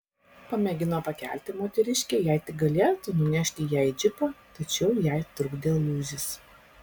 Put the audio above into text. pamėgino pakelti moteriškę jei tik galėtų nunešti ją į džipą tačiau jai trukdė lūžis